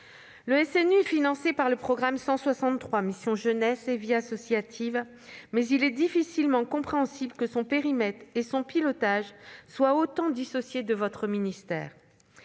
de la mission « Sport, jeunesse et vie associative », mais il est difficilement compréhensible que son périmètre et son pilotage soient autant dissociés de votre ministère.